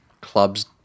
club's